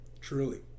Truly